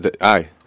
Aye